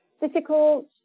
difficult